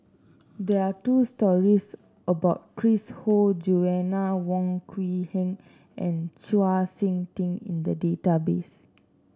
there two stories about Chris Ho Joanna Wong Quee Heng and Chau SiK Ting in the database